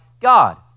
God